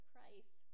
Price